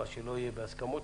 מה שלא יהיה בהסכמות,